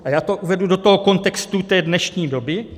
A já to uvedu do kontextu té dnešní doby.